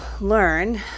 learn